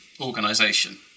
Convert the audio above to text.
organization